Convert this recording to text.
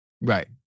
Right